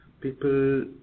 people